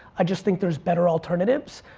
i just think there's better alternatives.